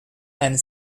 and